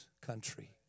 country